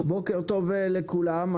בוקר טוב לכולם,